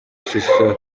shisha